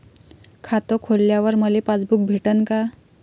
खातं खोलल्यावर मले पासबुक भेटन का?